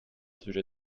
sujet